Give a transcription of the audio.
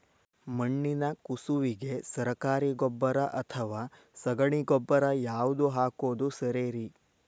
ಮಣ್ಣಿನ ಕಸುವಿಗೆ ಸರಕಾರಿ ಗೊಬ್ಬರ ಅಥವಾ ಸಗಣಿ ಗೊಬ್ಬರ ಯಾವ್ದು ಹಾಕೋದು ಸರೇರಿ?